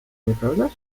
nieprawdaż